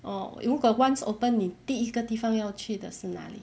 orh 如果 once open 你第一个地方要去的是哪里